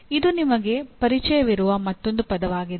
ಇದು ನಿಮಗೆ ಪರಿಚಯವಿರುವ ಮತ್ತೊಂದು ಪದವಾಗಿದೆ